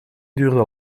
duurde